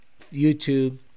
YouTube